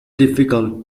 difficult